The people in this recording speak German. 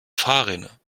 fahrrinne